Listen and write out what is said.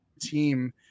team